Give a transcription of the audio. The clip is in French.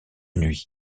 nuit